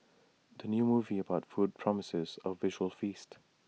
the new movie about food promises A visual feast